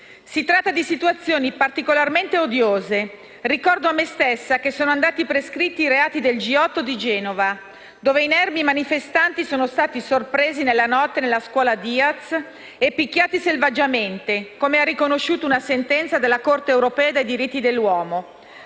Si tratta di situazioni particolarmente odiose. Ricordo a me stessa che sono andati prescritti i reati del G8 di Genova, dove inermi manifestanti sono stati sorpresi nella notte nella scuola Diaz e picchiati selvaggiamente, come ha riconosciuto una sentenza della Corte europea dei diritti dell'uomo